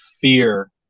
fear